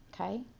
okay